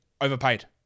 overpaid